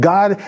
God